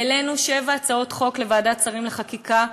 העלינו שבע הצעות חוק לוועדת השרים לחקיקה,